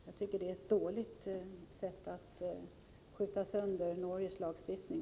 Jag tycker att det är ett dåligt skäl att skjuta sönder Norges lagstiftning.